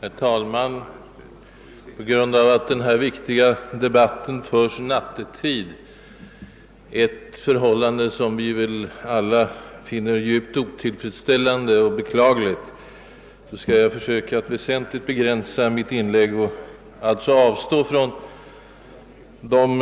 Herr talman! Eftersom denna viktiga debatt förs mitt i natten — ett förhållande som vi väl alla finner djupt otillfredsställande och beklagligt — skall jag försöka att väsentligt begränsa mitt inlägg och avstår från de